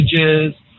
images